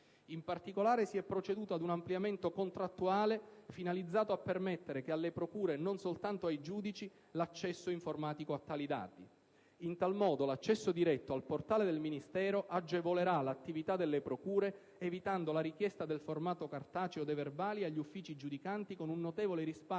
In particolare, si è proceduto ad un ampliamento contrattuale finalizzato a permettere alle procure, e non soltanto ai giudici, l'accesso informatico a tali dati. In tal modo, l'accesso diretto al portale del Ministero agevolerà l'attività delle procure, evitando la richiesta del formato cartaceo dei verbali agli uffici giudicanti, con un notevole risparmio